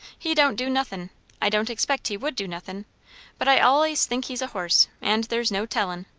he don't do nothin' i don't expect he would do nothin' but i allays think he's a horse, and there's no tellin'.